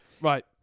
Right